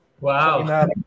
Wow